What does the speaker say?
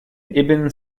ibn